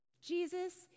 Jesus